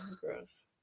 Gross